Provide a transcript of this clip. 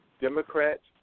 Democrats